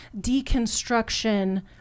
deconstruction